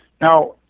now